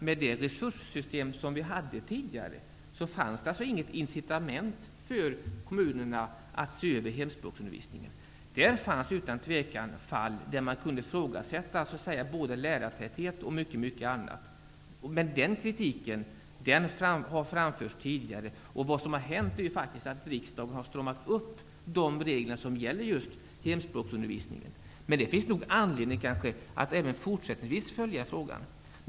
Med det resurssystem som fanns tidigare, fanns det inget incitament för kommunerna att se över hemspråksundervisningen. Det fanns utan tvekan fall där både lärartäthet och mycket annat kunde ifrågasättas. Men den kritiken har framförts tidigare. Det som har hänt är att riksdagen har stramat upp de regler som gäller hemspråksundervisningen. Men det finns nog anledning att även fortsättningsvis följa frågan.